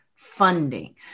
Funding